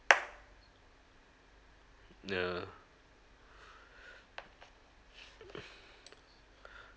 no